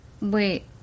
Wait